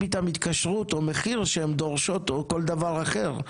איתם התקשרות או מחיר שהן דורשות או כל דבר אחר?